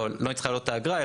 לא נצטרך להעלות את האגרה,